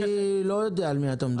אני לא יודע על מי אתה מדבר.